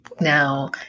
Now